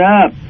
up